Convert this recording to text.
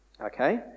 Okay